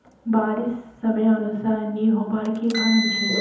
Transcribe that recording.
बारिश समयानुसार नी होबार की कारण छे?